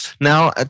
Now